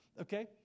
Okay